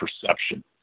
perception